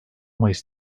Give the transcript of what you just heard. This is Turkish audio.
mayıs